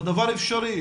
והדבר אפשרי.